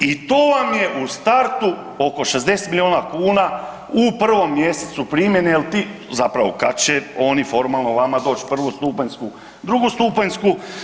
I to vam je u startu oko 60 miliona kuna u prvom mjesecu primjene jer ti, zapravo kad će oni formalno vama doći prvostupanjsku, drugostupanjsku.